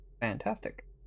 Fantastic